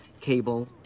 cable